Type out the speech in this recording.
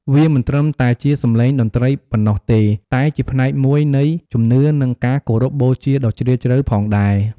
វាមិនត្រឹមតែជាសំឡេងតន្ត្រីប៉ុណ្ណោះទេ តែជាផ្នែកមួយនៃជំនឿ និងការគោរពបូជាដ៏ជ្រាលជ្រៅផងដែរ។